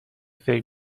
فکر